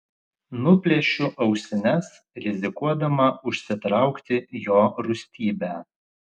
nuplėšiu ausines rizikuodama užsitraukti jo rūstybę